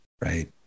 right